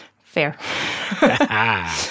Fair